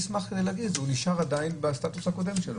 נשאר בסטטוס הקודם שלו.